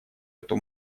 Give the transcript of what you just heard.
эту